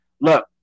look